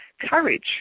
courage